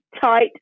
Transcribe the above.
tight